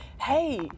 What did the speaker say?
Hey